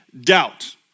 doubt